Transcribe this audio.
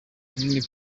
runini